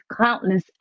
countless